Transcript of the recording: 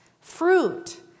fruit